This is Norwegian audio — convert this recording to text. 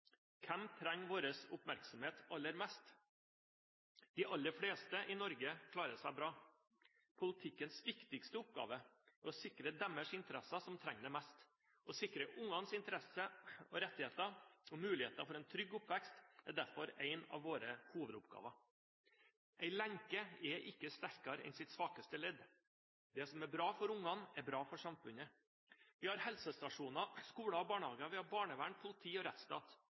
Hvem trenger vår oppmerksomhet aller mest? De aller fleste i Norge klarer seg bra. Politikkens viktigste oppgave er å sikre interessene til dem som trenger det mest. Å sikre ungenes interesse og rettigheter og muligheter for en trygg oppvekst er derfor en av våre hovedoppgaver. En lenke er ikke sterkere enn sitt svakeste ledd. Det som er bra for ungene, er bra for samfunnet. Vi har helsestasjoner, skoler og barnehager. Vi har barnevern, politi og rettsstat.